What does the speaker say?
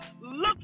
Look